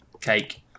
cake